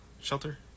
Shelter